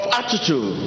attitude